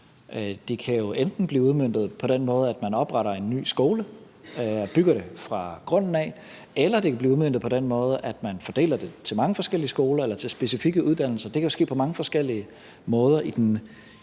Det kan jo enten blive udmøntet på den måde, at man opretter en ny skole – bygger den fra grunden af – eller det kan blive udmøntet på den måde, at man fordeler det til mange forskellige skoler eller til specifikke uddannelser. Det kan jo ske på mange forskellige måder. I den